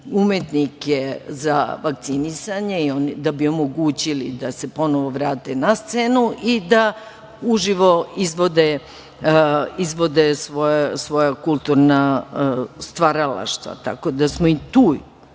umetnike za vakcinisanje, da bi omogućili da se ponovo vrate na scenu i da uživo izvode svoja kulturna stvaralaštva. Tako da smo i tu